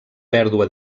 pèrdua